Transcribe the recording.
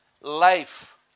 life